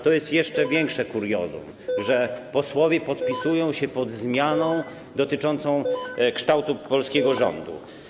To jest jeszcze większe kuriozum, że posłowie podpisują się pod zmianą dotyczącą kształtu polskiego rządu.